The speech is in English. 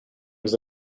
was